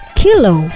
kilo